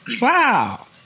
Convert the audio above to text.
wow